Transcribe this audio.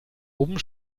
oben